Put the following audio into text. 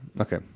Okay